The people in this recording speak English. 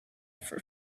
for